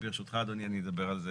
ברשותך, תכף אדבר על זה